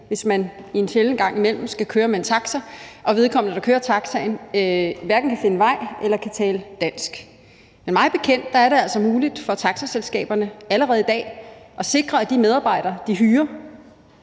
hvis man en sjælden gang imellem skal køre med en taxa og vedkommende, der kører taxaen, hverken kan finde vej eller kan tale dansk. Men mig bekendt er det altså allerede i dag muligt for taxiselskaberne at sikre, at de medarbejdere, de hyrer,